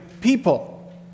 people